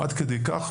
עד כדי כך,